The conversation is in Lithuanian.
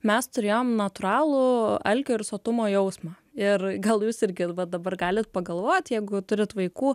mes turėjom natūralų alkio ir sotumo jausmą ir gal jūs irgi va dabar galit pagalvot jeigu turit vaikų